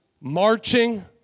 marching